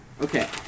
Okay